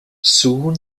soon